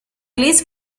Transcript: least